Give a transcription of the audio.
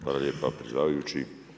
Hvala lijepa predsjedavajući.